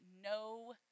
no